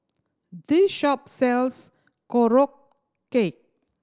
this shop sells Korokke